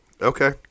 Okay